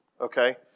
okay